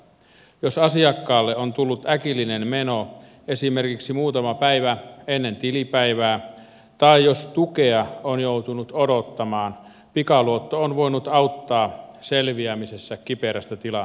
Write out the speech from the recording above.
jos asiakkaalle on tullut äkillinen meno esimerkiksi muutama päivä ennen tilipäivää tai jos tukea on joutunut odottamaan pikaluotto on voinut auttaa selviämisessä kiperästä tilanteesta